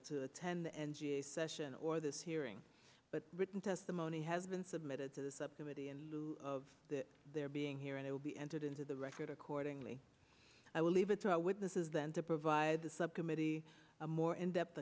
to attend the n g a session or this hearing but written testimony has been submitted to the subcommittee and of their being here and it will be entered into the record accordingly i will leave it to our witnesses then to provide the subcommittee a more in depth